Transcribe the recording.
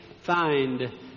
find